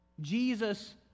Jesus